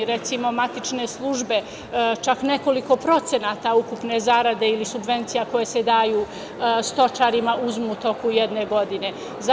Recimo, matične službe, čak nekoliko procenata ukupne zarade ili subvencija koje se daju stočarima uzmu u toku jedne godine.